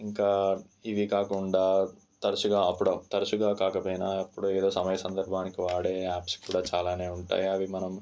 ఇంకా ఇవి కాకుండా తరచుగా అప్పుడప్పు తరచుగా కాకపోయినా అప్పుడు ఏదో సమయం సందర్బానికి వాడే యాప్స్ కూడా చాలానే ఉంటాయి అవి మనం